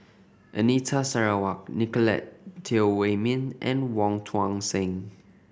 Anita Sarawak Nicolette Teo Wei Min and Wong Tuang Seng